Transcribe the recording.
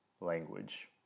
language